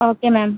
okay ma'am